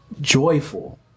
joyful